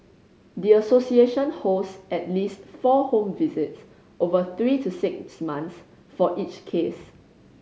the association holds at least four home visits over three to six months for each case